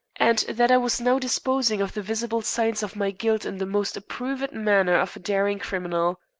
and that i was now disposing of the visible signs of my guilt in the most approved manner of a daring criminal.